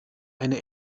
eine